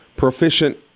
proficient